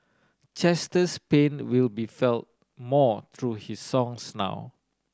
Chester's pain will be felt more through his songs now